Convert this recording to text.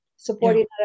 supporting